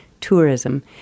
tourism